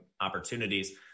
opportunities